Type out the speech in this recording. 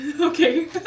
Okay